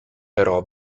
però